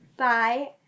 bye